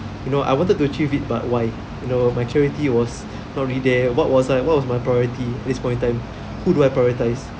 you know I wanted to achieve it but why you know my clarity was not really there what was I what was my priority at this point in time who do I prioritise